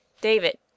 David